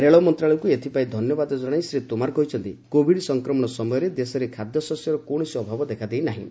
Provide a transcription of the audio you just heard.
ରେଳ ମନ୍ତ୍ରଣାଳୟକୁ ଏଥିପାଇଁ ଧନ୍ୟବାଦ ଜଣାଇ ଶୀ ତୋମର କହିଛନ୍ତି କୋଭିଡ୍ ସଂକମଣ ସମୟରେ ଦେଶରେ ଖାଦ୍ୟଶସ୍ୟର କୌଣସି ଅଭାବ ଦେଖାଦେଇ ନାହିଁ